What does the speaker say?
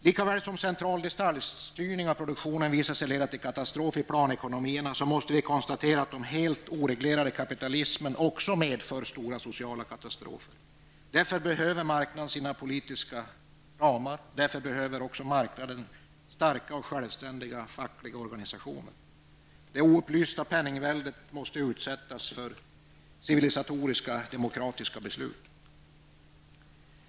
Lika väl som central detaljstyrning av produktionen visat sig leda till katastrof i planekonomierna, måste vi konstatera att den helt oreglerade kapitalismen också medför stora sociala katastrofer. Därför behöver marknaden sina politiska ramar och därför behöver marknaden starka och självständiga fackliga organisationer. Det oupplysta penningväldet måste utsättas för civilisatoriska demokratiska beslut.